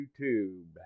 YouTube